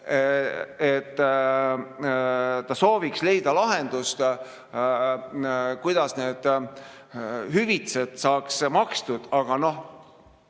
et ta sooviks leida lahendust, kuidas need hüvitised saaks makstud. Aga noh,